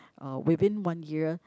uh within one year